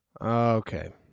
Okay